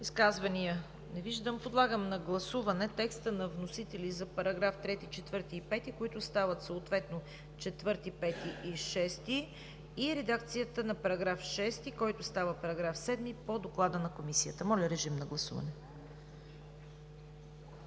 Изказвания? Не виждам. Подлагам на гласуване текста на вносителя за параграфи 3, 4 и 5, които стават съответно 4, 5 и 6, и редакцията на параграф 6, който става параграф 7 по Доклада на Комисията. Гласували